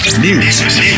News